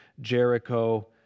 Jericho